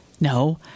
No